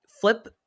Flip –